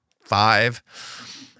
five